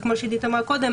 וכמו שעידית אמרה קודם,